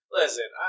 Listen